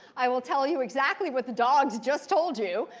i will tell you exactly what the dogs just told you.